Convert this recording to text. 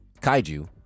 kaiju